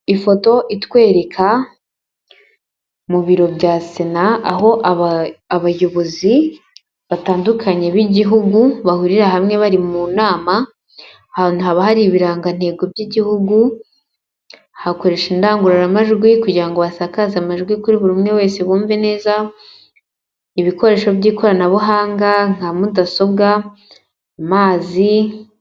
Ifoto itwereka mu biro bya sena aho abayobozi batandukanye b'Igihugu bahurira hamwe bari mu nama ahantu haba hari ibirangantego by'Igihugu, hakoreshe indangururamajwi kugira ngo basakaze amajwi kuri buri umwe wese bumve neza. Ibikoresho by'ikoranabuhanga nka mudasobwa, mazi.